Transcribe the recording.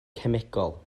cemegol